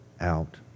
out